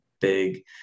big